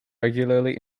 regularly